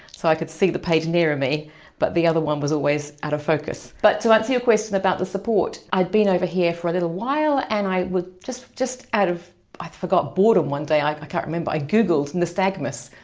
so i could see the page nearer me but the other one was always out of focus. but to answer your question about the support. i'd been over here for a little while and i would just just out of i forgot boredom one day, i can't remember, i googled nystagmus,